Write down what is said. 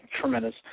tremendous